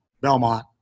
Belmont